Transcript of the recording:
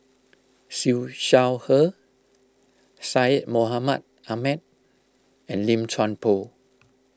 Siew Shaw Her Syed Mohamed Ahmed and Lim Chuan Poh